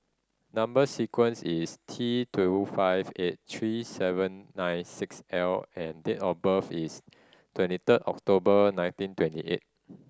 number sequence is T two five eight three seven nine six L and date of birth is twenty third October nineteen twenty eight